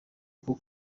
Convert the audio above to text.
koko